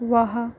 वहाँ